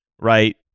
right